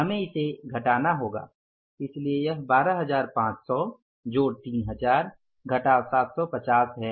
हमें इसे घटाना होगा इसलिए यह 12500 जोड़ 3000 घटाव ७५० है